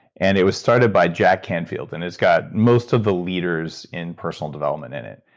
and it was started by jack canfield. and it's got most of the leaders in personal development in it.